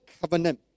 covenant